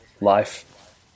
life